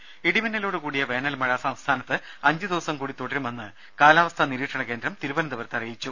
ദര ഇടിമിന്നലോട് കൂടിയ വേനൽമഴ സംസ്ഥാനത്ത് അഞ്ച് ദിവസം കൂടി തുടരുമെന്ന് കാലാവസ്ഥാ നിരീക്ഷണ കേന്ദ്രം തിരുവനന്തപുരത്ത് അറിയിച്ചു